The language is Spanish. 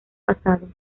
pasado